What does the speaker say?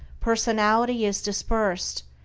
personality is dispersed,